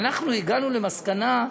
ואנחנו הגענו למסקנה,